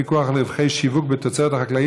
פיקוח על רווחי שיווק בתוצרת החקלאית,